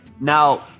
Now